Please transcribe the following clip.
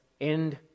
end